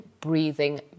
breathing